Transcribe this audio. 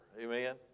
Amen